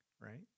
right